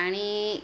आणि